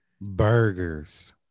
Burgers